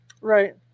Right